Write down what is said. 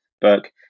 book